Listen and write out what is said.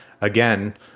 again